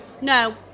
No